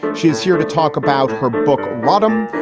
but she's here to talk about her book. wadham,